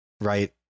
right